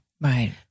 Right